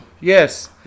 Yes